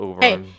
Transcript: Hey